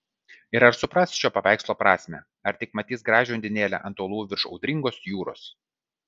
ir ar supras šio paveikslo prasmę ar tik matys gražią undinėlę ant uolų virš audringos jūros